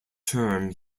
term